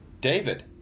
David